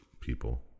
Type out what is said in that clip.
people